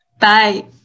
Bye